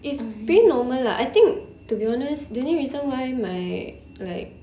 it's pretty normal lah I think to be honest the only reason why my like